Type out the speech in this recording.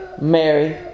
Mary